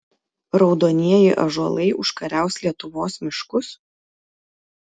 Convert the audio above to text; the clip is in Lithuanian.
raudonieji ąžuolai užkariaus lietuvos miškus